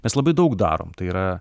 mes labai daug darom tai yra